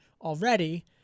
already